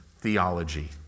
theology